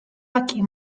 lucky